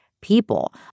people